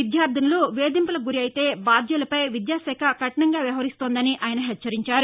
విద్యార్ధినులు వేధింపులకు గురయితే బాధ్యులపై విద్యాకాఖ కఠినంగా వ్యవహరిస్తుందని ఆయన హెచ్చరించారు